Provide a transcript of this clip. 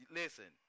listen